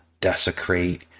desecrate